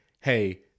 hey